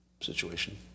situation